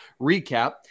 recap